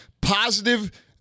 positive